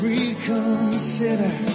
Reconsider